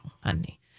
honey